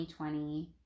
2020